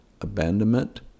abandonment